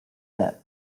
debt